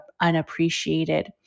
Unappreciated